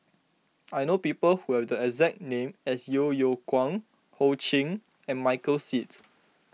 I know people who have the exact name as Yeo Yeow Kwang Ho Ching and Michael Seets